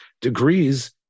degrees